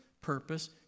Purpose